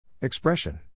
Expression